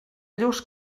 lluç